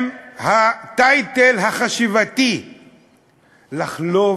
עם הטייטל החשיבתי לחלוב,